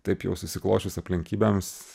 taip jau susiklosčius aplinkybėms